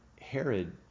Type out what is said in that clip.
Herod